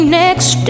next